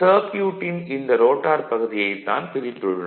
சர்க்யூட்டின் இந்தப் ரோட்டார் பகுதியைத் தான் பிரித்துள்ளோம்